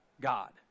God